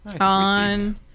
On